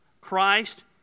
Christ